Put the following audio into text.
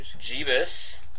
Jeebus